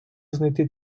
знайти